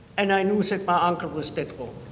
and i knew that my uncle was dead gold.